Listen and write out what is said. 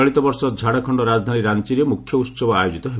ଚଳିତ ବର୍ଷ ଝାଡ଼ଖଣ୍ଡ ରାଜଧାନୀ ରାଞ୍ଚରେ ମୁଖ୍ୟ ଉତ୍ସବ ଆୟୋଜିତ ହେବ